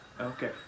Okay